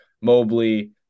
Mobley